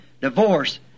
divorce